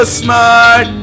smart